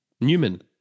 Newman